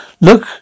Look